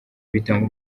bitanga